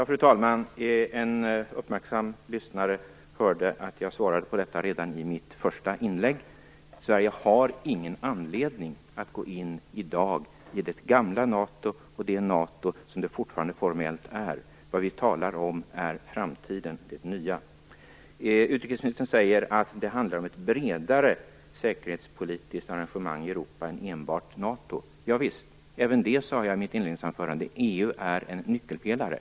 Fru talman! En uppmärksam lyssnare hörde att jag svarade på detta redan i mitt första inlägg. Sverige har ingen anledning att i dag gå in i det gamla NATO, det som NATO fortfarande formellt är. Vad vi talar om är framtiden, det nya. Utrikesministern säger att det handlar om ett bredare säkerhetspolitiskt arrangemang i Europa än enbart NATO. Ja visst, som jag också sade i mitt inledningsanförande är EU en nyckelpelare.